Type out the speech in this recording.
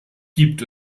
gibt